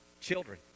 Children